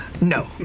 No